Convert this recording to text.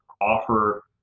offer